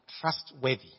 trustworthy